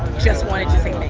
just wanted to say